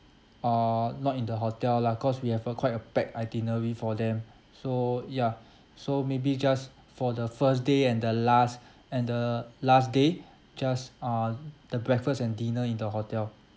uh not in the hotel lah cause we have a quite a packed itinerary for them so ya so maybe just for the first day and the last and the last day just uh the breakfast and dinner in the hotel